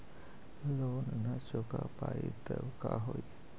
Loan न चुका पाई तब का होई?